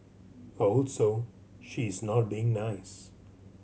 also she is not being nice